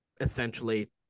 essentially